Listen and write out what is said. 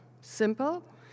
simple